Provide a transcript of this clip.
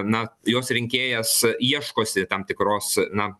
na jos rinkėjas ieškosi tam tikros na